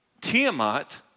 Tiamat